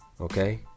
Okay